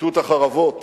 כיתות החרבות